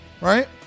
right